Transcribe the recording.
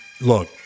Look